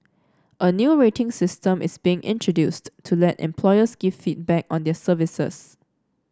a new rating system is being introduced to let employers give feedback on their services